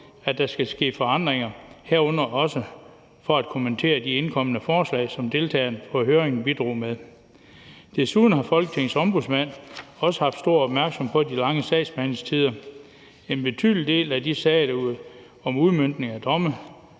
at der skal ske forandringer, herunder også for at kommentere de indkomne forslag, som deltagerne på høringen bidrog med. Desuden har Folketingets Ombudsmand også haft stor opmærksomhed på de lange sagsbehandlingstider, der har været i en betydelig del af sagerne om udmøntning af domme